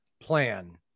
plan